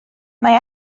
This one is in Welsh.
mae